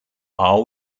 are